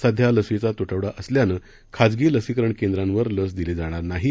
सध्या लसींचा तुटवडा असल्यानं खाजगी लसीकरण केंद्रांवर लस दिल्या जाणार नाहीत